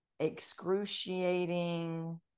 excruciating